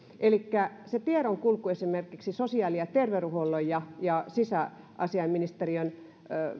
elikkä se tiedonkulku esimerkiksi sosiaali ja terveydenhuollon ja ja sisäasiainministeriön